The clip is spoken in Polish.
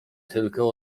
tylko